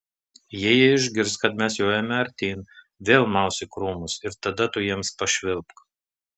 jei jie išgirs kad mes jojame artyn vėl maus į krūmus ir tada tu jiems pašvilpk